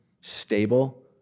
stable